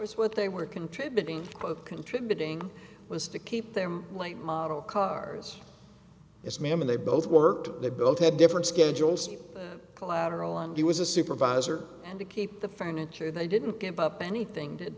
us what they were contributing contributing was to keep them late model cars is minimal they both worked they both had different schedules collateral and he was a supervisor and to keep the furniture they didn't give up anything did